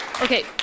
Okay